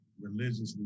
religiously